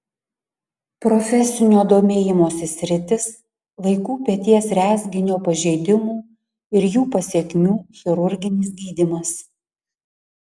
profesinio domėjimosi sritis vaikų peties rezginio pažeidimų ir jų pasekmių chirurginis gydymas